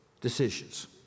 decisions